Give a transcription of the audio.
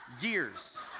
years